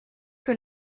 que